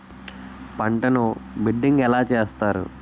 పంటను బిడ్డింగ్ ఎలా చేస్తారు?